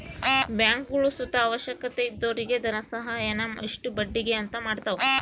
ಬ್ಯಾಂಕ್ಗುಳು ಸುತ ಅವಶ್ಯಕತೆ ಇದ್ದೊರಿಗೆ ಧನಸಹಾಯಾನ ಇಷ್ಟು ಬಡ್ಡಿಗೆ ಅಂತ ಮಾಡತವ